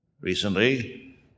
Recently